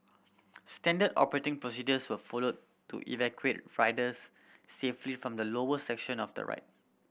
standard operating procedures were followed to evacuate riders safely from the lower section of the ride